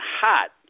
hot